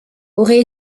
aurait